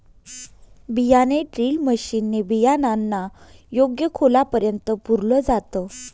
बियाणे drill machine ने बियाणांना योग्य खोलापर्यंत पुरल जात